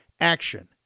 Action